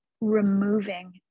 removing